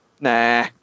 Nah